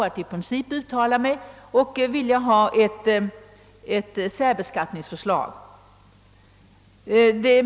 I princip är jag själv för ett särbeskattningsförslag.